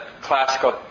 classical